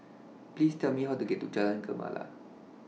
Please Tell Me How to get to Jalan Gemala